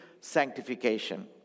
sanctification